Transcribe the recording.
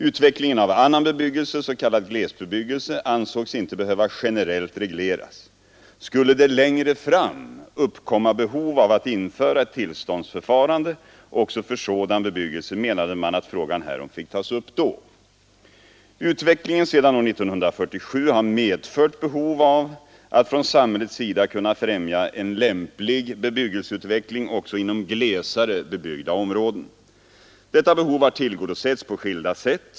Utvecklingen av annan bebyggelse, s.k. glesbebyggelse, ansågs inte behöva generellt regleras. Skulle det längre fram uppkomma behov av att införa ett tillståndsförfarande också för sådan bebyggelse menade man att frågan härom fick tas upp då. Utvecklingen sedan år 1947 har medfört behov av att från samhällets sida kunna främja en lämplig bebyggelseutveckling också inom glesare bebyggda områden. Detta behov har tillgodosetts på skilda sätt.